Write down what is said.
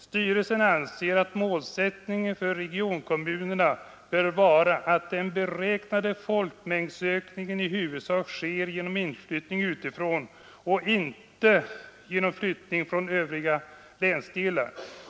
Styrelsen anser att målsättningen för regionkommunerna bör vara att den beräknade folkmängdsökningen i huvudsak sker genom inflyttning utifrån och inte genom inflyttning från övriga länsdelar.